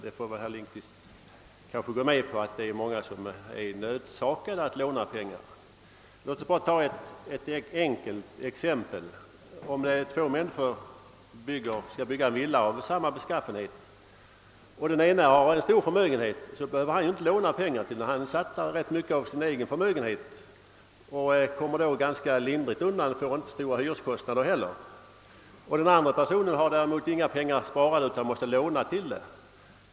Det befängda i motionärernas förslag kan belysas av ett exempel. Vi tänker oss två människor som skall bygga var sin villa av samma beskaffenhet. Den ene har förmögenhet och behöver därför inte låna så mycket. Han kan satsa av egna medel och kommer därför ganska lindrigt undan. Han får inte heller så höga bostadskostnader. Den andre däremot har inga pengar sparade utan måste låna till bygget.